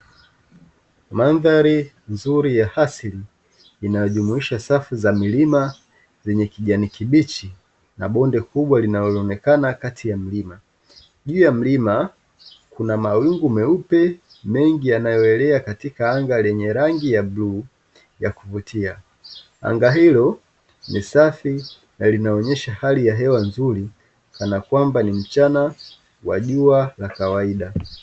Mandhari nzuri ya asili inayojumuisha safi za milima zenye kijani kibichi, na bonde kubwa linaloonekana kati ya mlima. Juu ya mlima kuna mawingu meupe mengi yanayoelea katika anga lenye rangi ya bluu, ya kuvutia. Anga hilo ni safi na linaonyesha hali ya hewa nzuri, kana kwamba ni mchana wa jua la kawaida.